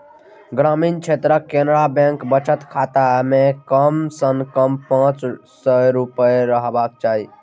ग्रामीण क्षेत्रक केनरा बैंक बचत खाता मे कम सं कम पांच सय रुपैया रहबाक चाही